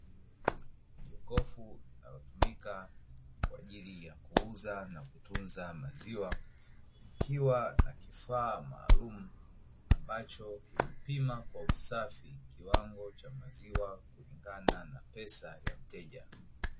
Jokofu linalotumika kwa ajili ya kuuza na kutunza maziwa, likiwa na kifaa maalumu ambacho kinapima kwa usafi kiwango cha maziwa kulingana na pesa ya mteja.